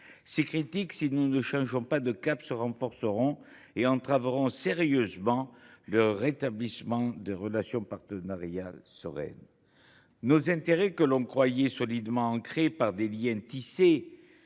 Ces critiques, si nous ne changeons pas de cap, se renforceront et entraveront sérieusement le rétablissement de relations partenariales sereines. Nos intérêts, que nous croyions solidement ancrés par des liens tissés